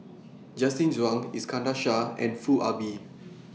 Justin Zhuang Iskandar Shah and Foo Ah Bee